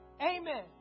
Amen